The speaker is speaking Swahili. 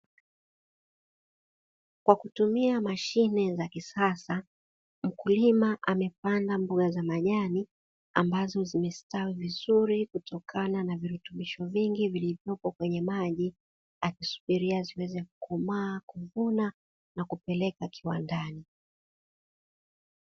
Kwa kutumia mashine za kisasa, mkulima amepanda mboga za majani ambazo zimestawi vizuri kutokana na virutubisho vingi vilivyopo kwenye maji, akisubiria ziweze kukomaa, kuvunwa na kupelekwa kiwandani.